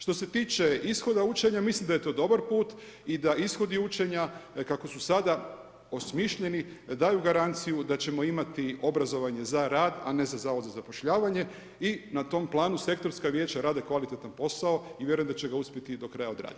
Što se tiče ishoda učenja, mislim da je to dobar put i da ishodi učenja kako su sada osmišljeni, da ju garanciju da ćemo imati obrazovanje za rad a ne za Zavod za zapošljavanje i na tom planu sektorska vijeća rade kvalitetan posao i vjerujem da će ga uspjeti do kraja odraditi.